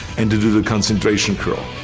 and to do the concentration curl.